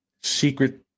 secret